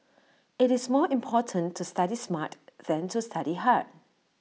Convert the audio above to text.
IT is more important to study smart than to study hard